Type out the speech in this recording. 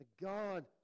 God